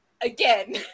again